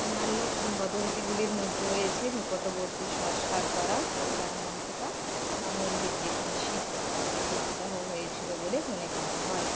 অন্যান্য কিংবদন্তিগুলির মধ্যে রয়েছে নিকটবর্তী সংস্কার করা কল্যানমন্তাপা বা মন্দির যেখানে শিব ও পার্বতীর বিবাহ হয়েছিল বলে মনে করা হয়